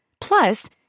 Plus